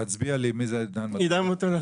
תצביע לי מי זה עידן מוטולה.